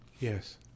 Yes